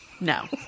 No